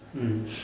mm